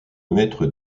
maître